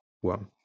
one